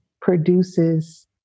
produces